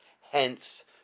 hence